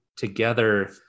together